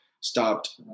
stopped